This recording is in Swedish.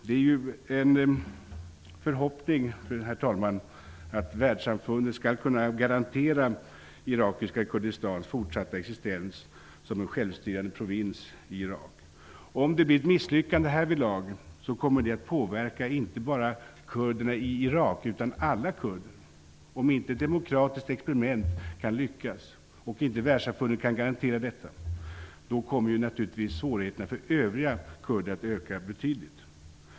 Det är en förhoppning, herr talman, att världssamfundet skall kunna garantera irakiska Kurdistans fortsatta existens som en självstyrande provins i Irak. Om det blir ett misslyckande härvidlag kommer det att påverka inte bara kurderna i Irak utan alla kurder. Om inte ett demokratiskt experiment kan lyckas och inte världssamfundet kan garantera detta kommer naturligtvis svårigheterna för övriga kurder att öka betydligt.